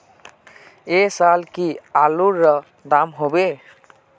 ऐ साल की आलूर र दाम होबे?